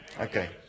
Okay